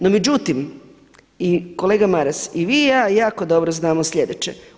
No međutim kolega Maras i vi i ja jako dobro znamo sljedeće.